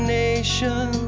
nation